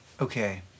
Okay